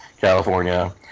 California